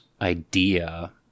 idea